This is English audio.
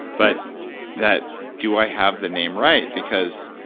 but that do i have the name right because